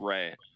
Right